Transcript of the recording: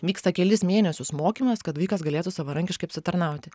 vyksta kelis mėnesius mokymas kad vaikas galėtų savarankiškai apsitarnauti